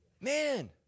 Man